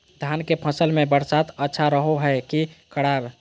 धान के फसल में बरसात अच्छा रहो है कि खराब?